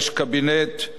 כשתידרש,